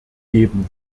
geben